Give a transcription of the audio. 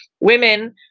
Women